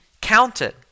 counted